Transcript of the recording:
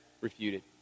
refuted